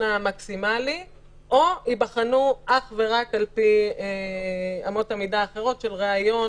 המקסימלי או ייבחנו אך ורק על פי אמות המידה האחרות של ריאיון,